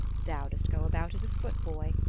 thou dost go about as a footboy,